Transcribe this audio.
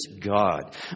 God